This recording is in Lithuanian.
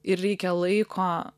ir reikia laiko